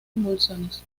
convulsiones